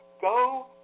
go